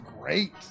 great